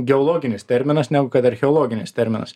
geologinis terminas negu kad archeologinis terminas